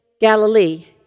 Galilee